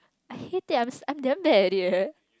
I hate it I I'm damn bad at it leh